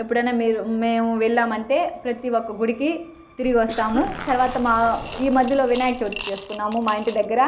ఎప్పుడన్నా మీరు మేము వెళ్ళామంటే ప్రతి ఒక్క గుడికి తిరిగి వస్తాము తర్వాత మా ఈ మధ్యలో వినాయక చవితి చేస్కున్నాము మా ఇంటి దగ్గర